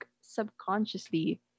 subconsciously